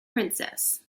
princess